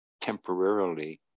temporarily